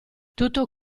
tutto